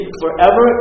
forever